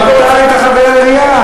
אבל אתה היית חבר עירייה,